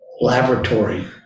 laboratory